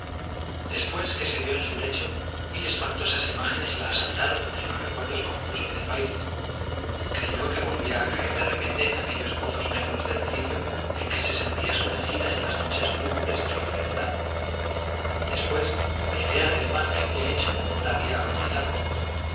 después que se vio en su lecho mil espantosas imágenes la asaltaron entre los recuerdos confusos del baile creyó que volvía a caer de repente en aquellos pozos negros del delirio en que se sentía sumergida en las noches lúgubres de su enfermedad después la idea del mal que había hecho la había horrorizado